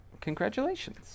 Congratulations